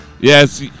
Yes